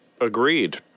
Agreed